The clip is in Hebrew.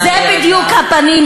בבקשה, גברתי.